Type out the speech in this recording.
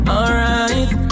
Alright